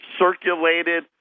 circulated